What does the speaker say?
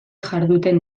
jarduten